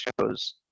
shows